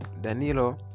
Danilo